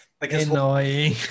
Annoying